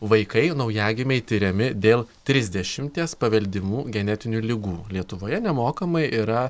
vaikai naujagimiai tiriami dėl trisdešimties paveldimų genetinių ligų lietuvoje nemokamai yra